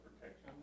protection